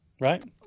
right